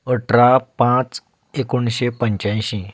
अठरा पांच एकोणिशे पंच्यांयशीं